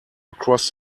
across